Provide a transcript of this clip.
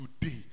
today